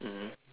mmhmm